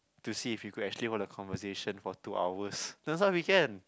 to see if you could actually want a conversation for two hours turns out we can